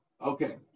Okay